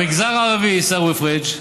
במגזר הערבי, עיסאווי פריג',